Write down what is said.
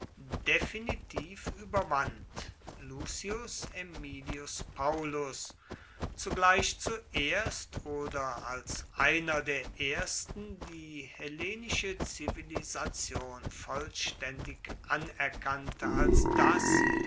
definitiv überwand lucius aemilius paullus zugleich zuerst oder als einer der ersten die hellenische zivilisation vollständig anerkannte als das